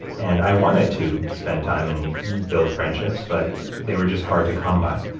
and i wanted to spend time and build friendships, but they were just hard to come by.